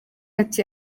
ati